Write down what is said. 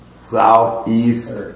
Southeast